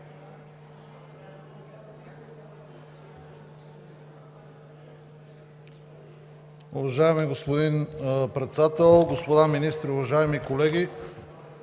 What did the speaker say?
Уважаеми господин Председател, господа министри, уважаеми колеги!